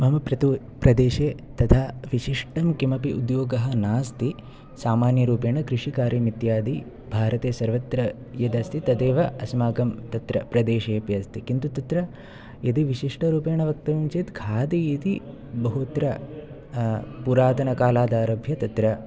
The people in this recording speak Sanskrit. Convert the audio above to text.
मम प्रदो प्रदेशे तथा विशिष्टं किमपि उद्योगः नास्ति सामान्यरूपेण कृषिकार्यम् इत्यादि भारते सर्वत्र यदस्ति तदेव अस्माकं तत्र प्रदेशेऽपि अस्ति किन्तु तत्र यदि विशिष्टरूपेण वक्तव्यं चेत् खादि इति बहुत्र पुरातनकालादारभ्य तत्र